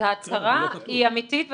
ההצהרה היא אמתית,